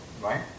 Right